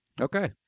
Okay